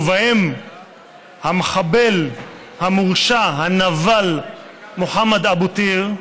ובהם המחבל המורשע הנבל מוחמד אבו טיר,